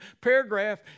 paragraph